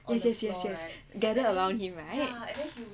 yes yes yes gather around him right